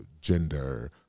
gender